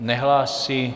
Nehlásí.